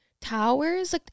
towers